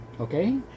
okay